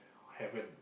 heaven